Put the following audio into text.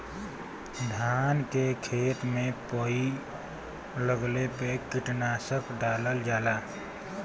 धान के खेत में पई लगले पे कीटनाशक डालल जाला